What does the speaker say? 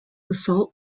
assault